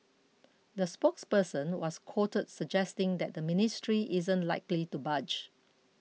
the spokesperson was quoted suggesting that the ministry isn't likely to budge